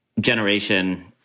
generation